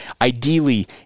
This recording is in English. ideally